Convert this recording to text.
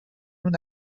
اون